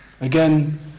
Again